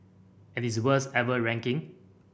and its worst ever ranking